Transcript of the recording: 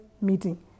Meeting